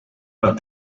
but